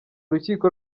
rukiko